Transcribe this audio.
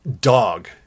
dog